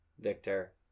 Victor